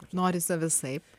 norisi visaip